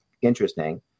interesting